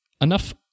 enough